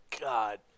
God